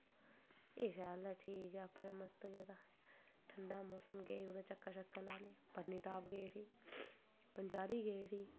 एह् शैल ठीक ऐ अपने मस्त गेदा ठंडा मौसम गए कुदै चक्कर लाने गी पतनिटॉप गे उठी पंचैरी गे उठी